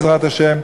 בעזרת השם,